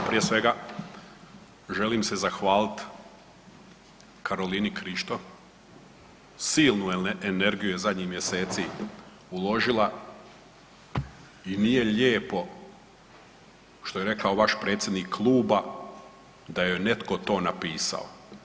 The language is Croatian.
Prije svega želim se zahvalit Karolini Krišto, silnu energiju je zadnjih mjeseci uložila i nije lijepo što je rekao vaš predsjednik kluba da joj je netko to napisao.